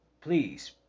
please